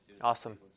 Awesome